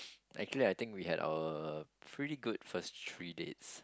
actually I think we had our pretty good first three dates